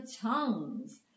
tongues